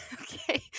Okay